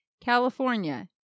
California